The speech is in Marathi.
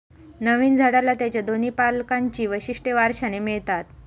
नवीन झाडाला त्याच्या दोन्ही पालकांची वैशिष्ट्ये वारशाने मिळतात